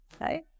right